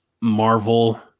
Marvel